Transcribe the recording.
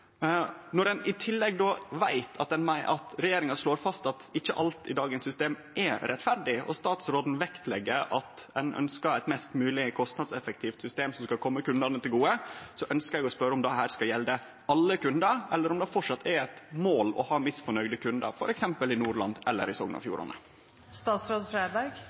Når ein då i tillegg veit at regjeringa slår fast at ikkje alt i dagens system er rettferdig, og statsråden legg vekt på at ein ønskjer eit mest mogleg kostnadseffektivt system, som skal kome kundane til gode, ønskjer eg å spørje om dette skal gjelde alle kundar, eller om det framleis er eit mål å ha misnøgde kundar, f.eks. i Nordland eller i